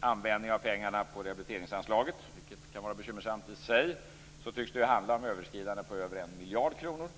användning av pengarna på rehabiliteringsanslaget, vilket kan vara bekymmersamt i sig, tycks det handla om ett överskridande på över 1 miljard kronor.